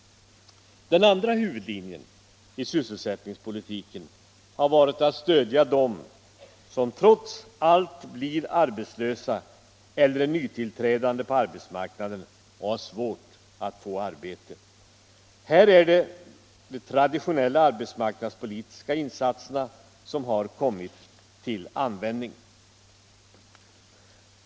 Den andra huvudlinjen i sysselsättningspolitiken har varit att stödja dem som trots allt blir arbetslösa eller är nytillträdande på arbetsmarknaden och har svårt att få arbete. Här är det de traditionella arbetsmarknadspolitiska insatserna som har kommit till användning.